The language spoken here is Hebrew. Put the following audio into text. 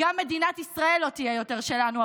גם מדינת ישראל לא תהיה יותר שלנו.